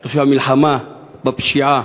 אני חושב שהמלחמה בפשיעה